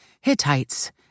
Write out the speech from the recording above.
Hittites